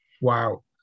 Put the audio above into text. Wow